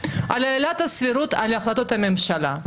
עילת הסבירות על החלטות הממשלה.